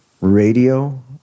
radio